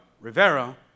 Rivera